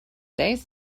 days